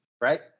right